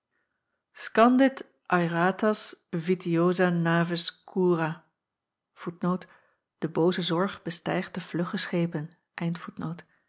zorg bestijgt de vlugge